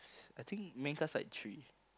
I think the main cast start at three